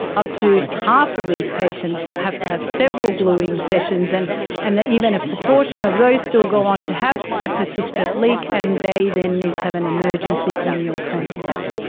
up to half of these patients have to have several gluing sessions, and and even a proportion of those still go on to have a persistent leak and they then need to have an emergency corneal transplant.